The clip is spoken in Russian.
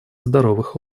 здоровых